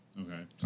Okay